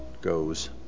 goes